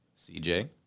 CJ